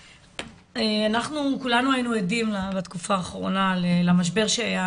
אנחנו כולנו היינו עדים בתקופה האחרונה למשבר שהיה